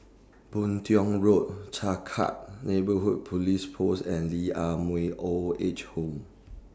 Boon Tiong Road Changkat Neighbourhood Police Post and Lee Ah Mooi Old Age Home